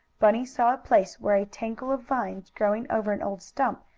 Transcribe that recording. bunny saw a place where a tangle of vines, growing over an old stump,